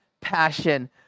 passion